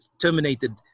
terminated